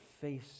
face